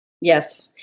Yes